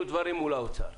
זו הסיבה שאין מוטיבציה לטוס.